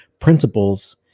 principles